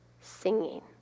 singing